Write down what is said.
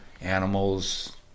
Animals